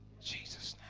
jesus